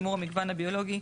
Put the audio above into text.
זה.